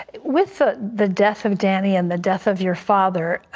with ah the death of danny and the death of your father,